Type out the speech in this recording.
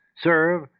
serve